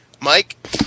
Mike